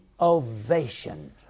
ovation